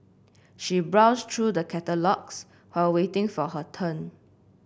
she browsed through the catalogues while waiting for her turn